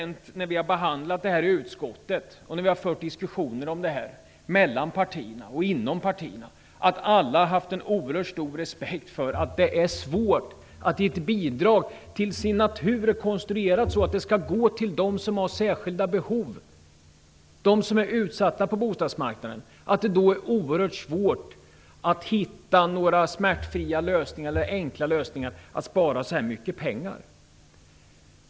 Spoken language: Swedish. När vi behandlat detta i utskottet och fört diskussioner mellan och inom partierna har jag känt att alla haft en oerhört stor respekt för att det är svårt att när det gäller ett bidrag - som till sin natur är konstruerat så att det skall gå till dem som har särskilda behov, som är utsatta på bostadsmarknaden - hitta enkla lösningar för att spara så här mycket pengar.